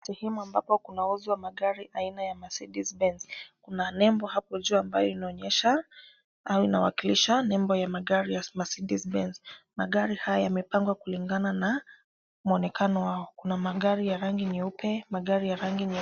Sehemu ambapo kunauzwa magari aina ya Mercedes Benz .Kuna nembo hapo juu ambayo inaonyesha au inawakilisha nembo ya magari ya Mercedes Benz. Magari haya yamepangwa kulingana na mwonekano wao. Kuna magari ya rangi nyeupe, magari ya rangi nyeusi.